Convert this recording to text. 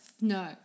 No